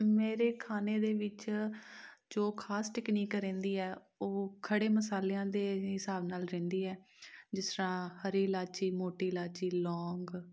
ਮੇਰੇ ਖਾਣੇ ਦੇ ਵਿੱਚ ਜੋ ਖਾਸ ਟੈਕਨੀਕ ਰਹਿੰਦੀ ਆ ਉਹ ਖੜ੍ਹੇ ਮਸਾਲਿਆਂ ਦੇ ਹਿਸਾਬ ਨਾਲ ਰਹਿੰਦੀ ਹੈ ਜਿਸ ਤਰ੍ਹਾਂ ਹਰੀ ਇਲਾਚੀ ਮੋਟੀ ਇਲਾਚੀ ਲੌਂਗ